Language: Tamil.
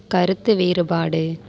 கருத்து வேறுபாடு